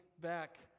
back